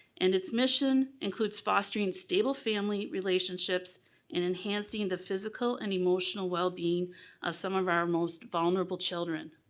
and its mission includes fostering stable family relationships and enhancing the physical and emotional wellbeing of some of our most vulnerable children.